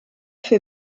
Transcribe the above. fer